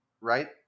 right